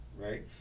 right